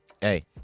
Hey